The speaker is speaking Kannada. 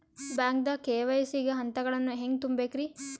ಬ್ಯಾಂಕ್ದಾಗ ಕೆ.ವೈ.ಸಿ ಗ ಹಂತಗಳನ್ನ ಹೆಂಗ್ ತುಂಬೇಕ್ರಿ?